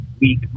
week